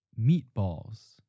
meatballs